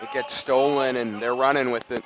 it gets stolen and they're running with